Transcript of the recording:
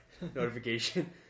notification